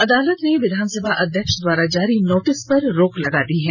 अदालत ने विधानसभा अध्यक्ष द्वारा जारी नोटिस पर रोक लगा दी है